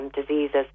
diseases